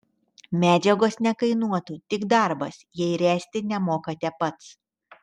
medžiagos nekainuotų tik darbas jei ręsti nemokate pats